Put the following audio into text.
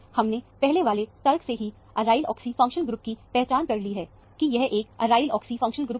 हमने पहले वाले तर्क से ही एरियल ऑक्सी फंक्शनल ग्रुप की पहचान कर ली है कि यह एक एरियल ऑक्सी फंक्शनल ग्रुप है